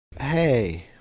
hey